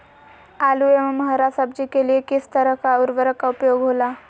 आलू एवं हरा सब्जी के लिए किस तरह का उर्वरक का उपयोग होला?